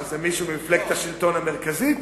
זה מישהו ממפלגת השלטון המרכזית,